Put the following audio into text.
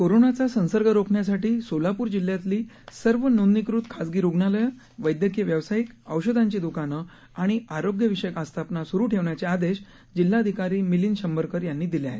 कोरोनाचा संसर्ग रोखण्यासाठी सोलापूर जिल्ह्यातली सर्व नोंदणीकृत खासगी रुग्णालयं वैद्यकीय व्यावसायिक औषधाची दुकानं आणि आरोग्य विषयक आस्थापना सुरू ठेवण्याचे आदेश जिल्हाधिकारी मिलिंद शंभरकर यांनी दिले आहेत